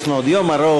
יש לנו עוד יום ארוך,